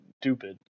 stupid